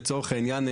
לצורך העניין,